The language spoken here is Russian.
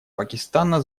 пакистана